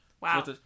Wow